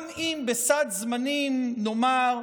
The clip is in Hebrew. גם אם בסד זמנים, נאמר,